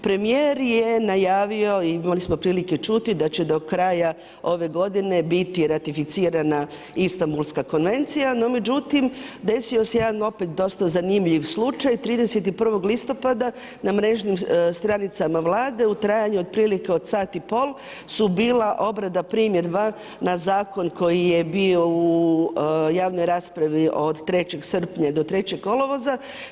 Premijer je najavio i imali smo prilike čuti da će do kraja ove godine biti ratificirana Istanbulska konvencija no međutim desio se jedan opet dosta zanimljiv slučaj, 31. listopada na mrežnim stranicama Vlade, u trajanju otprilike od sat i pol su bila obrada primjedba na zakon koji je bio u javnoj raspravi od 3. srpnja do 3. kolovoza.